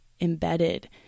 embedded